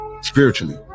Spiritually